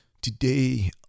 Today